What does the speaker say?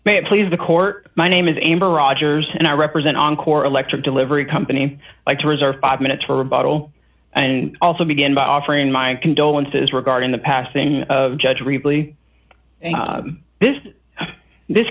it please the court my name is amber rogers and i represent encore electric delivery company like to reserve five minutes for a bottle and also begin by offering my condolences regarding the passing of judge ripley this this